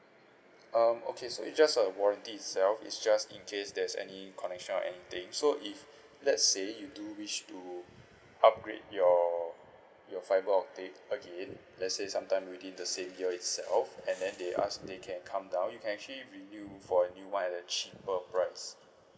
um okay so it's just a warranty itself it's just in case there's any connection or anything so if let's say you do wish to upgrade your your fibre optic okay let's say some time within the same year itself and then they ask they can come down you can actually renew for a new [one] at a cheaper price